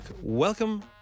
Welcome